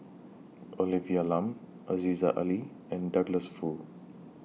Olivia Lum Aziza Ali and Douglas Foo